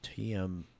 TM